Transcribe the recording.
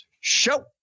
Show